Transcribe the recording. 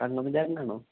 Kannappan ചേട്ടനാണോ